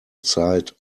side